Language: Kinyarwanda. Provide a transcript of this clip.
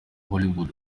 hollywood